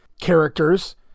characters